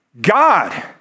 God